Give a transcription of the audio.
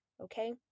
Okay